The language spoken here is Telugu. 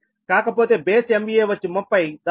కాకపోతే బేస్ MVA వచ్చి 30 దాని అర్థం ఏమిటంటే XT2 వచ్చి 0